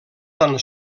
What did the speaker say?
tan